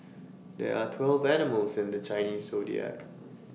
there are twelve animals in the Chinese Zodiac